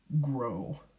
grow